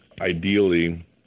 Ideally